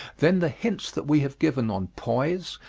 then the hints that we have given on poise,